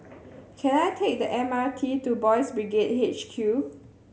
can I take the M R T to Boys' Brigade H Q